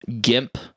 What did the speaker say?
gimp